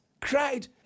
cried